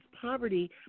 poverty